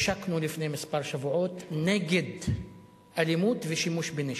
השקנו לפני כמה שבועות נגד אלימות ושימוש בנשק.